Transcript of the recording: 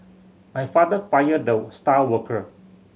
my father fired the star worker